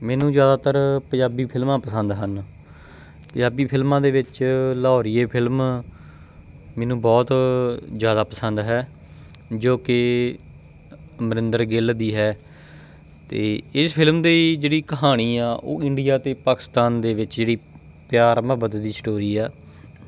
ਮੈਨੂੰ ਜ਼ਿਆਦਾਤਰ ਪੰਜਾਬੀ ਫਿਲਮਾਂ ਪਸੰਦ ਹਨ ਪੰਜਾਬੀ ਫਿਲਮਾਂ ਦੇ ਵਿੱਚ ਲਹੋਰੀਏ ਫਿਲਮ ਮੈਨੂੰ ਬਹੁਤ ਜ਼ਿਆਦਾ ਪਸੰਦ ਹੈ ਜੋ ਕਿ ਅਮਰਿੰਦਰ ਗਿੱਲ ਦੀ ਹੈ ਅਤੇ ਇਸ ਫਿਲਮ ਦੀ ਜਿਹੜੀ ਕਹਾਣੀ ਆ ਉਹ ਇੰਡੀਆ ਅਤੇ ਪਾਕਿਸਤਾਨ ਦੇ ਵਿੱਚ ਜਿਹੜੀ ਪਿਆਰ ਮੁਹੱਬਤ ਦੀ ਸਟੋਰੀ ਆ